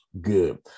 good